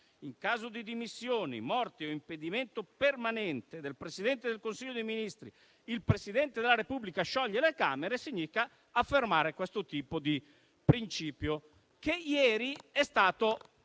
in caso di dimissioni, morte o impedimento permanente del Presidente del Consiglio dei ministri, il Presidente della Repubblica scioglie le Camere significa affermare questo principio, che ieri è stato